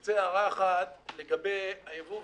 אני רוצה להעיר הערה אחת לגבי הייבוא.